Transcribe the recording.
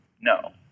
no